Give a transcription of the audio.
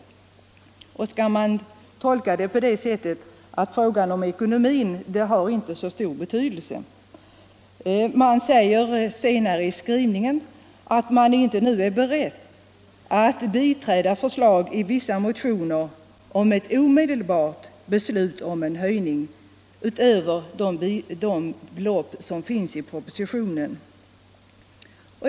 Skall jag tolka det så att ekonomin inte har så stor betydelse? Utskottet säger sedan att man nu inte är beredd att biträda förslag i vissa motioner om ett omedelbart beslut om en höjning utöver de belopp som finns i propositionen.